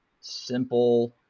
simple